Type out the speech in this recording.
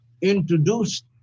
introduced